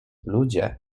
ludzie